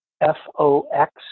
F-O-X